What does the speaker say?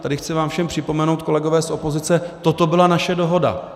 Tady chci vám všem připomenout, kolegové z opozice, toto byla naše dohoda.